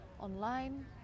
online